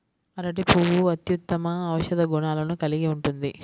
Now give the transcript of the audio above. అరటి పువ్వు అత్యుత్తమ ఔషధ గుణాలను కలిగి ఉంటుంది